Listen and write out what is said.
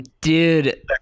dude